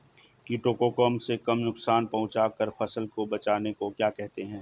कीटों को कम से कम नुकसान पहुंचा कर फसल को बचाने को क्या कहते हैं?